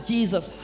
Jesus